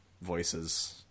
voices